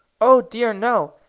oh dear no!